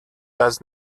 does